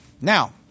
Now